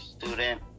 student